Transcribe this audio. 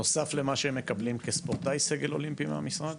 נוסף למה שהם מקבלים כספורטאי סגל אולימפי מהמשרד?